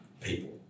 people